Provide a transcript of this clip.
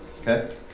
Okay